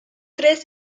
tres